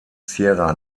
sierra